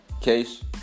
case